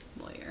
lawyer